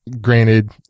granted –